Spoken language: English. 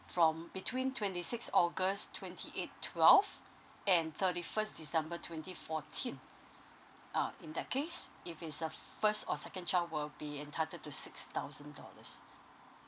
from between twenty six august twenty eighth twelve and thirty first december twenty fourteen uh in that case if it's a first or second child will be entitled to six thousand dollars